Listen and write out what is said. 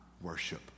worship